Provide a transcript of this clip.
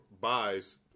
buys